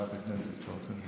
חברת הכנסת פרקש,